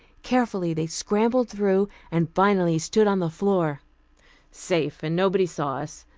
carefully they scrambled through, and finally stood on the floor safe, and nobody saw us,